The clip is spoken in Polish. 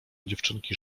dziewczynki